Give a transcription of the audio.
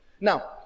now